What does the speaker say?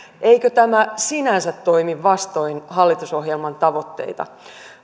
eikö tämä sinänsä toimi vastoin hallitusohjelman tavoitteita